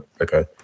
okay